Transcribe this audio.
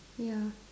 ya